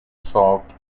solved